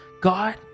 God